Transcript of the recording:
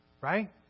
Right